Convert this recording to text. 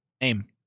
name